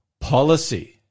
policy